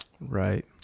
right